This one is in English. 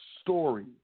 Story